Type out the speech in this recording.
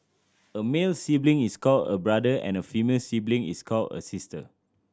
a male sibling is called a brother and a female sibling is called a sister